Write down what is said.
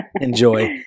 Enjoy